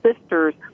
sisters